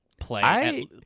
play